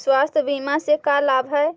स्वास्थ्य बीमा से का लाभ है?